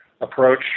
approach